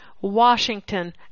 Washington